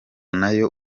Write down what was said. nayo